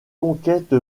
conquête